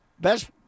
best